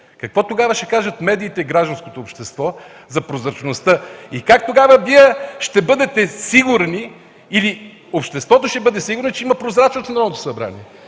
какво ще кажат тогава медиите и гражданското общество за прозрачността? Как тогава Вие ще бъдете сигурни или обществото ще бъде сигурно, че има прозрачност в Народното събрание?